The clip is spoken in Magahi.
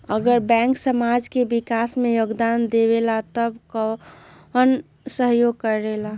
अगर बैंक समाज के विकास मे योगदान देबले त कबन सहयोग करल?